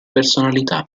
personalità